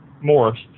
Morris